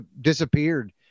disappeared